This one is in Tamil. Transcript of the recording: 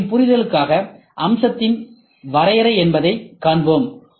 உங்களின் புரிதலுக்காக அம்சத்தின் வரையறை என்பதை காண்போம்